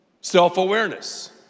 self-awareness